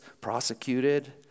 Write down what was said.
prosecuted